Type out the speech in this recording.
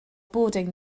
boarding